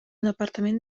departament